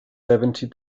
seventy